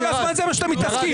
כל הזמן זה מה שאתם מתעסקים.